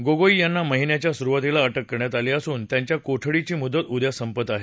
गोगोई यांना या महिन्याच्या सुरुवातीला अटक करण्यात आली असून त्यांच्या कोठडीघी मुदत उद्या संपत आहे